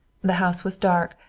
the house was dark,